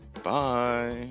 Bye